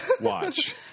watch